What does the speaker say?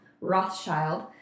Rothschild